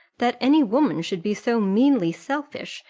that any woman should be so meanly selfish,